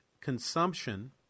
consumption